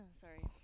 sorry